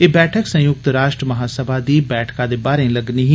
एह् बैइक संयुक्त राष्ट्र महासभा दी बैठका दे बाहरें लग्गनी ही